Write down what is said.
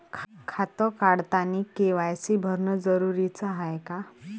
खातं काढतानी के.वाय.सी भरनं जरुरीच हाय का?